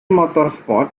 motorsport